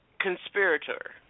conspirator